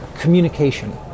communication